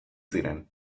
ziren